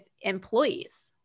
employees